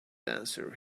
answer